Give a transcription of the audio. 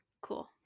Cool